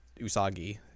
Usagi